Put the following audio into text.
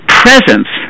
presence